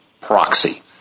proxy